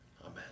Amen